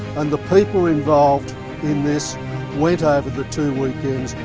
and the people involved in this went ah over the two weekends,